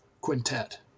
Quintet